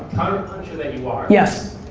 puncher that you are yes.